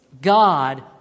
God